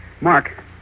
Mark